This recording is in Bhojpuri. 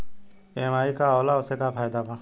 ई.एम.आई का होला और ओसे का फायदा बा?